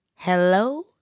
Hello